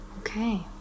Okay